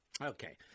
Okay